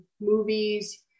movies